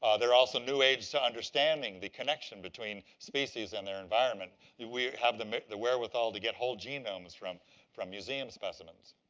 ah they're also new aids to understanding the connection between species and their environment. do we have the the wherewithal to get whole genomes from from museums specimens?